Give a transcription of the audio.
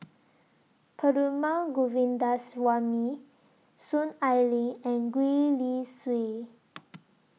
Perumal Govindaswamy Soon Ai Ling and Gwee Li Sui